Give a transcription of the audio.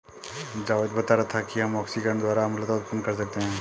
जावेद बता रहा था कि हम ऑक्सीकरण द्वारा अम्लता उत्पन्न कर सकते हैं